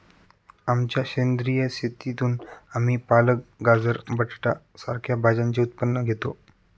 आमच्या सेंद्रिय शेतीतून आम्ही पालक, गाजर, बटाटा सारख्या भाज्यांचे उत्पन्न घेतो